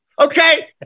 Okay